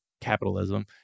capitalism